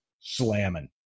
slamming